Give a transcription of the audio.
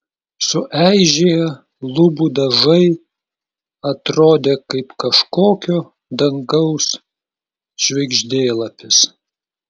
sueižėję lubų dažai atrodė kaip kažkokio dangaus žvaigždėlapis